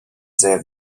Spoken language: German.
sehr